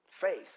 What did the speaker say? faith